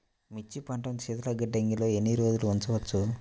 మిర్చి పంటను శీతల గిడ్డంగిలో ఎన్ని రోజులు ఉంచవచ్చు?